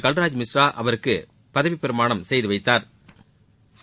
கல்ராஜ் மிஸ்ரா அவருக்கு பதவிப்பிரமாணம் செய்து வைத்தாா்